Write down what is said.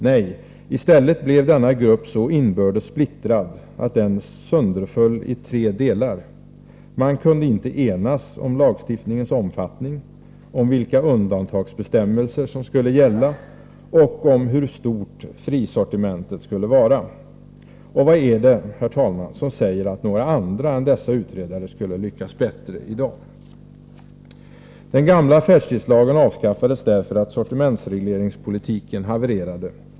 Nej, i stället blev denna grupp inbördes så splittrad, att den sönderföll i tre delar. Man kunde inte enas om lagstiftningens omfattning, vilka undantagsbestämmelser som skulle gälla och hur stort ”frisortimentet” skulle vara. Vad är det, herr talman, som säger att några andra än dessa utredare skulle lyckas bättre i dag? Den gamla affärstidslagen avskaffades därför att sortimentsregleringspolitiken havererade.